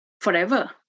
forever